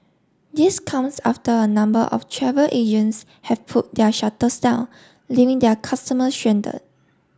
this comes after a number of travel agents have pulled their shutters down leaving their customer stranded